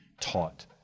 taught